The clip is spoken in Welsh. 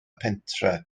pentre